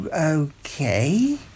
okay